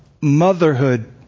motherhood